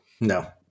no